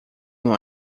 uma